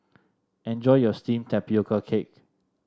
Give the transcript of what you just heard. enjoy your steamed Tapioca Cake